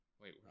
Wait